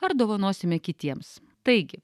ar dovanosime kitiems taigi